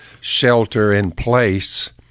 shelter-in-place